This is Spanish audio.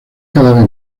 cada